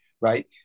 right